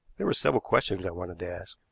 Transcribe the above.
there were several questions i wanted to ask,